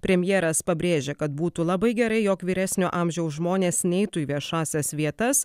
premjeras pabrėžė kad būtų labai gerai jog vyresnio amžiaus žmonės neitų į viešąsias vietas